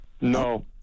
No